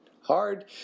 hard